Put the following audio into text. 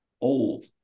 old